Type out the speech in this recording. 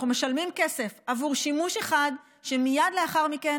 אנחנו משלמים כסף עבור שימוש אחד שמייד לאחר מכן